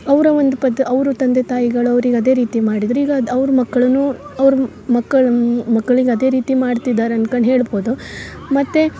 ಅವ್ರ ಒಂದು ಪದ್ಧ ಅವ್ರು ತಂದೆ ತಾಯಿಗಳು ಅವ್ರಿಗೆ ಅದೇ ರೀತಿ ಮಾಡಿದರೆ ಈಗ ಅದು ಅವ್ರ ಮಕ್ಕಳನ್ನು ಅವ್ರ ಮಕ್ಕಳಮ್ ಮಕ್ಕಳಿಗೆ ಅದೇ ರೀತಿ ಮಾಡ್ತಿದ್ದಾರೆ ಅನ್ಕಂಡು ಹೇಳ್ಬೌದು ಮತ್ತು